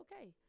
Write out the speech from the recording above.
okay